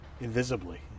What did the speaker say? invisibly